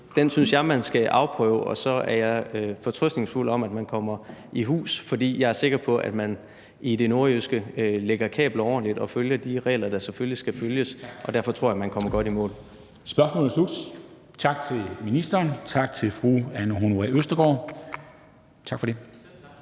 Den synes jeg man skal afprøve, og så er jeg fortrøstningsfuld, i forhold til at man kommer i hus. For jeg er sikker på, at man i det nordjyske lægger kabler ordentligt og følger de regler, der selvfølgelig skal følges, og derfor tror jeg, man kommer godt i mål.